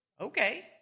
okay